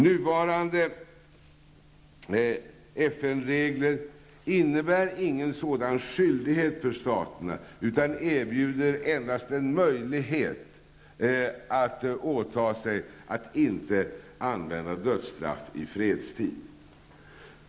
Nuvarande FN-regler innebär ingen sådan skyldighet för staterna, utan erbjuder endast en möjlighet att åta sig att inte använda dödsstraff i fredstid.